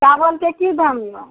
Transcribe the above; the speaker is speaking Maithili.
चावलके की दाम यऽ